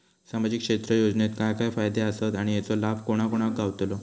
सामजिक क्षेत्र योजनेत काय काय फायदे आसत आणि हेचो लाभ कोणा कोणाक गावतलो?